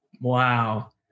Wow